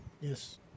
Yes